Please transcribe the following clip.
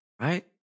right